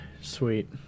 sweet